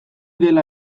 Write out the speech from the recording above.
dela